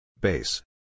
Base